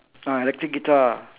ah electric guitar